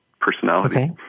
personality